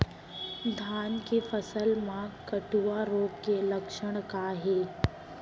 धान के फसल मा कटुआ रोग के लक्षण का हे?